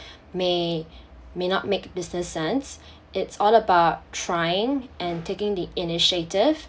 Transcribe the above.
may may not make business sense it's all about trying and taking the initiative